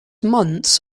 months